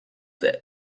für